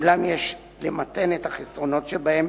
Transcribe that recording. אולם יש למתן את החסרונות שבהם